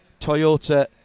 Toyota